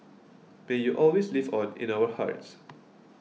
may you always live on in our hearts